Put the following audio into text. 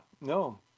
no